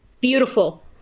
Beautiful